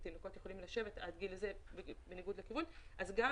בהם תינוקות יכולים לשבת בניגוד לכיוון ואכן גם